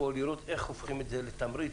לראות איך הופכים את זה לתמריץ,